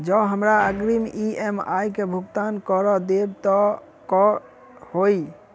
जँ हमरा अग्रिम ई.एम.आई केँ भुगतान करऽ देब तऽ कऽ होइ?